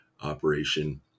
operation